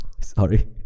Sorry